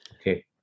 Okay